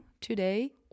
today